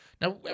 Now